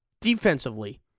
Defensively